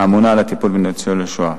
האמונה על הטיפול בניצולי השואה.